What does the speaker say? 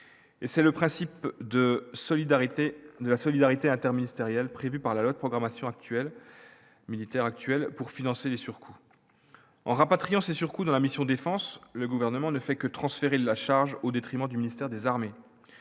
c'est le principe de solidarité, de la solidarité, prévu par la loi de programmation actuelle militaire actuelle pour financer les surcoûts en rapatriant ces surcoûts dans la mission défense, le gouvernement ne fait que transférer la charge au détriment du ministère des Armées,